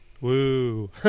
woo